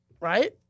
Right